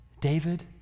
David